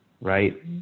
right